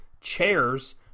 chairs